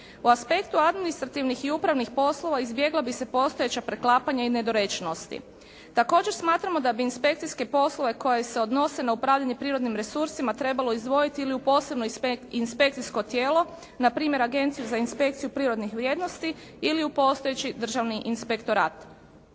O aspektu administrativnih i upravnih poslova izbjegla bi se postojeća preklapanja i nedorečenosti. Također smatramo da bi inspekcijske poslove koji se odnose na upravljanje prirodnim resursima trebalo izdvojiti u posebno inspekcijsko tijelo, npr. Agenciju za inspekciju prirodnih vrijednosti ili u postojeći državni inspektorat.